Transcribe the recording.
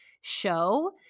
show